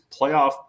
playoff